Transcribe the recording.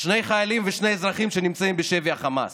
שני חיילים ושני אזרחים שנמצאים בשבי החמאס.